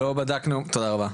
תודה רבה.